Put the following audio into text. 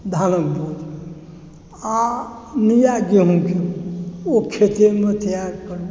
धानक बोझ आओर निआर जे होइ छै ओ खेतेमे तैयार कऽ लै छथि